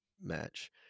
match